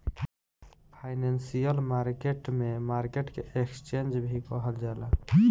financial market में market के exchange भी कहल जाला